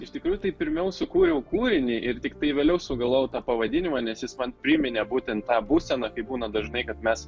iš tikrųjų tai pirmiau sukūriau kūrinį ir tiktai vėliau sugalvojau tą pavadinimą nes jis man priminė būtent tą būseną kai būna dažnai kad mes